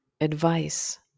advice